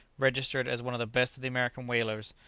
registered as one of the best of the american whalers,